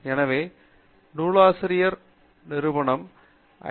எனவே நூலகரிடம் உங்கள் நிறுவனம் ஐ